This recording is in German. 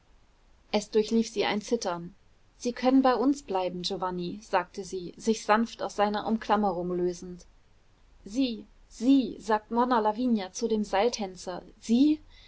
es durchlief sie ein zittern sie können bei uns bleiben giovanni sagte sie sich sanft aus seiner umklammerung lösend sie sie sagt monna lavinia zu dem seiltänzer sie